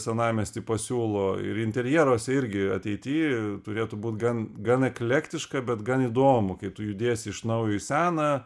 senamiesty pasiūlo ir interjeruose irgi ateity turėtų būt gan gan eklektiška bet gan įdomu kai tu judėsi iš naujo į seną